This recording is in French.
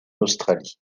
australie